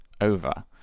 over